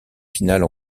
finales